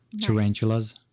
tarantulas